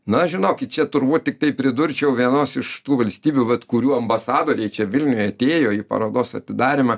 na žinokit čia turbūt tiktai pridurčiau vienos iš tų valstybių vat kurių ambasadoriai čia vilniuj atėjo į parodos atidarymą